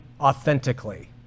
authentically